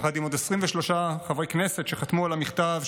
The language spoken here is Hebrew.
יחד עם עוד 23 חברי כנסת שחתמו על המכתב,